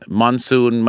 monsoon